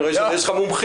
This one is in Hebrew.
אני רואה שיש לך מומחיות,